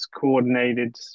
coordinated